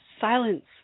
Silence